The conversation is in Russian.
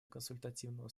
консультативного